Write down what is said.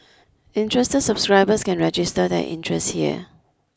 interested subscribers can register their interest here